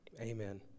Amen